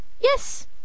Yes